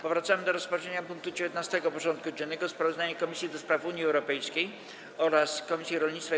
Powracamy do rozpatrzenia punktu 19. porządku dziennego: Sprawozdanie Komisji do Spraw Unii Europejskiej oraz Komisji Rolnictwa i